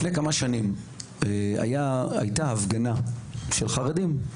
לפני כמה שנים הייתה הפגנה של חרדים,